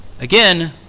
Again